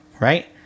right